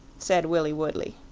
said willie woodley.